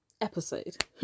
episode